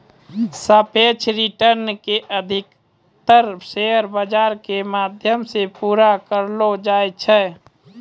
सापेक्ष रिटर्न के अधिकतर शेयर बाजार के माध्यम से पूरा करलो जाय छै